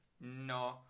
No